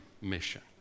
mission